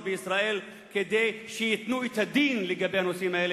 בישראל כדי שייתנו את הדין לגבי הנושאים האלה.